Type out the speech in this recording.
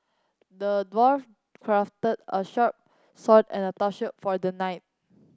the dwarf crafted a shirt sword and a down shirt for the knight